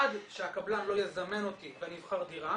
עד שהקבלן לא יזמן אותי ואני אבחר דירה